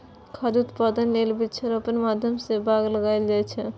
खाद्य उत्पादन लेल वृक्षारोपणक माध्यम सं बाग लगाएल जाए छै